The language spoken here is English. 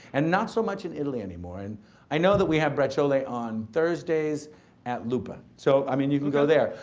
and not so much in italy anymore and i know that we have braciole on thursdays at lupa. so, i mean, you can go there.